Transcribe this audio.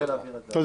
תודה.